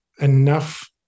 enough